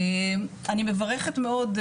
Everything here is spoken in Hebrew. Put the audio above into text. אני מברכת מאוד,